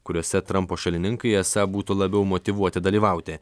kuriuose trampo šalininkai esą būtų labiau motyvuoti dalyvauti